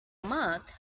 mutt